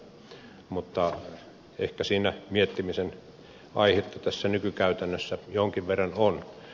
mutta ehkä tässä nykykäytännössä miettimisen aihetta jonkin verran on